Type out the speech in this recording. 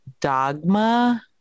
dogma